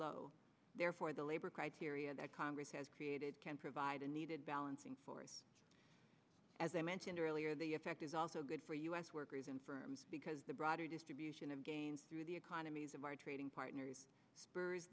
low therefore the labor criteria that congress has created can provide a needed balancing force as i mentioned earlier the effect is also good for us workers and firms because the broader distribution of gains through the economies of our trading partners spurs